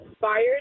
fired